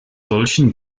solchen